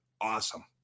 awesome